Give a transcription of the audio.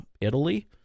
Italy